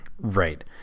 right